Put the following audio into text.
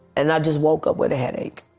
and i just woke up with a headache.